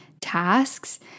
tasks